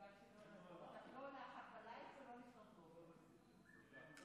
הודעה למזכירת הכנסת, בבקשה.